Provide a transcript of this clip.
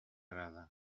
arada